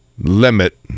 limit